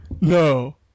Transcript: No